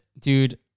dude